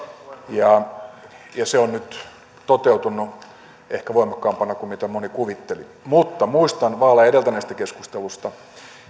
ja ja se on nyt toteutunut ehkä voimakkaampana kuin mitä moni kuvitteli mutta muistan vaaleja edeltäneestä keskustelusta